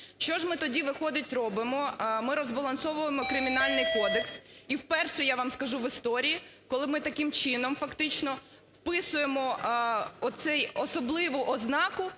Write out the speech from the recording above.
Що ж ми тоді, виходить, робимо? Ми розбалансовуємо Кримінальний кодекс і вперше, я вам скажу, в історії, коли ми таким чином фактично вписуємо оцю особливу ознаку